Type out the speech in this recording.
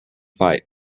fight